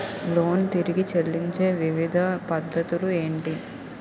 Loan తిరిగి చెల్లించే వివిధ పద్ధతులు ఏంటి?